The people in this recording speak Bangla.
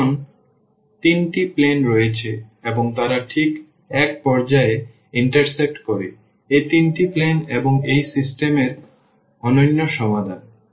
সুতরাং এখন তিনটি প্লেন রয়েছে এবং তারা ঠিক এক পর্যায়ে ইন্টারসেক্ট করে এই তিনটি প্লেন এবং এটি সেই সিস্টেম এর অনন্য সমাধান